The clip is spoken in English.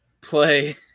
Play